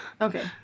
Okay